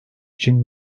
için